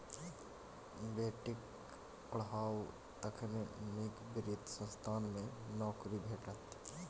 बेटीक पढ़ाउ तखने नीक वित्त संस्थान मे नौकरी भेटत